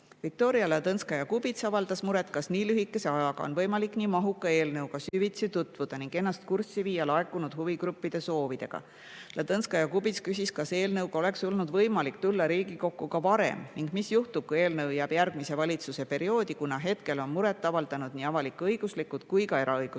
Viktoria Ladõnskaja-Kubits avaldas muret, kas nii lühikese ajaga on võimalik nii mahuka eelnõuga süvitsi tutvuda ning ennast kurssi viia kõigi laekunud huvigruppide soovidega. Ta küsis, kas eelnõuga oleks olnud võimalik tulla Riigikokku ka varem ning mis juhtub, kui eelnõu jääb järgmise valitsuse perioodi, kuna hetkel on muret avaldanud nii avalik-õiguslikud kui ka eraõiguslikud